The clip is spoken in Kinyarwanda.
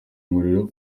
umuriro